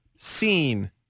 seen